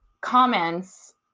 comments